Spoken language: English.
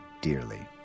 dearly